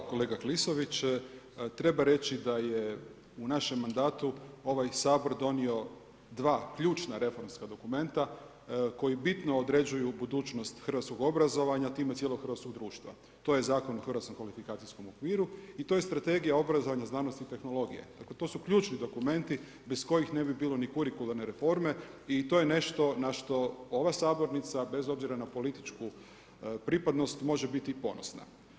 Hvala kolega Klisović treba reći da je u našem mandatu ovaj Sabor donio 2 ključna reformska dokumenta koji bitno određuju budućnost hrvatskog obrazovanja, a time i cijelog hrvatskog društva to je Zakon o HKO-u i to je Strategija obrazovanja, znanosti i tehnologije, dakle to su ključni dokumenti bez kojih ne bi bilo ni kurikularne reforme i to je nešto na što ova sabornica bez obzira na političku pripadnost, može biti ponosna.